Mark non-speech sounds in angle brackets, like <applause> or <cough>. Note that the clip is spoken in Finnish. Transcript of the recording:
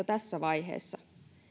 <unintelligible> tässä vaiheessa